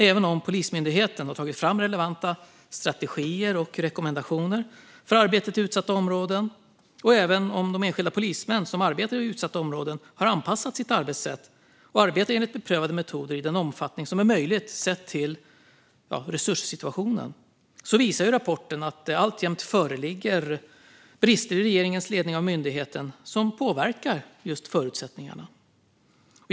Även om Polismyndigheten har tagit fram relevanta strategier och rekommendationer för arbetet i utsatta områden, och även om de enskilda polismän som arbetar i utsatta områden har anpassat sitt arbetssätt och arbetar enligt beprövade metoder i den omfattning som är möjlig sett till resurssituationen, visar rapporten att det alltjämt föreligger brister i regeringens ledning av myndigheten som påverkar just förutsättningarna.